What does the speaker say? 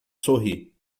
sorri